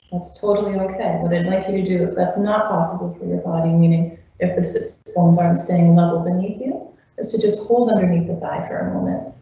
that's totally like ok with it, like you do. that's not possible for your body. meaning if this is phones aren't staying level beneath you is to just hold underneath the guy for a moment.